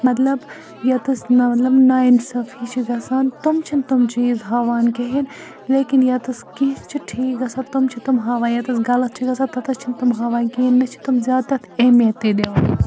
مطلب ییٚتہِ تھَس نہ مطلب نا انصٲفی چھِ گَژھان تِم چھِنہٕ تِم چیٖز ہاوان کِہیٖنۍ لیکِن ییٚتہِ تھَس کیٚنٛہہ چھِ ٹھیٖک گژھان تِم چھِ تِم ہاوان ییٚتہِ تھَس غلط چھِ گژھان تَتہِ تھَس چھِنہٕ تِم ہاوان کِہیٖنۍ نہ چھِ تِم زیادٕ تَتھ اہمیت تہِ دِوان